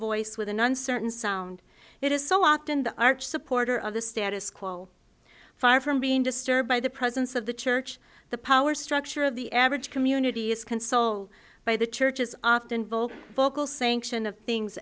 voice with an uncertain sound it is so often the arch supporter of the status quo far from being disturbed by the presence of the church the power structure of the average community is consoled by the church as often bold vocal sanction of things